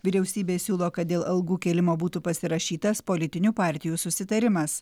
vyriausybė siūlo kad dėl algų kėlimo būtų pasirašytas politinių partijų susitarimas